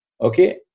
okay